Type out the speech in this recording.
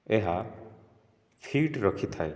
ଏହା ଫିଟ୍ ରଖିଥାଏ